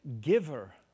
giver